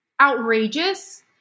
outrageous